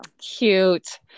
Cute